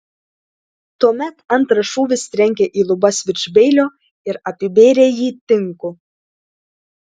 tuomet antras šūvis trenkė į lubas virš beilio ir apibėrė jį tinku